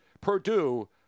Purdue